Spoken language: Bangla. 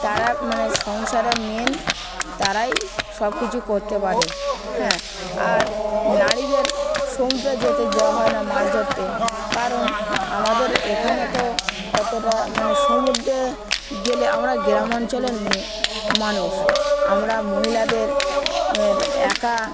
তারা মানে সংসারের মেন তারাই সব কিছু করতে পারে হ্যাঁ আর নারীদের সমুদ্রে যেতে দেওয়া হয় না মাছ ধরতে কারণ আমাদের এখানে তো অতটা মানে সমুদ্রে গেলে আমরা গ্রাম অঞ্চলের মানুষ আমরা মহিলাদের এর একা